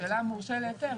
השאלה אם הוא מורשה להיתר?